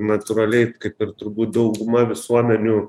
natūraliai kaip ir turbūt dauguma visuomenių